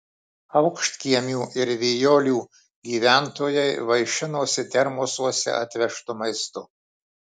aukštkiemių ir vijolių gyventojai vaišinosi termosuose atvežtu maistu